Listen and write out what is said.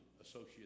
associate